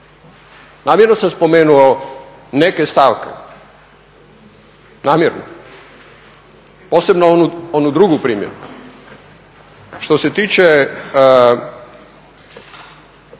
Namjerno sam spomenuo neke stavke, namjerno posebno onu drugu primjenu. Što se tiče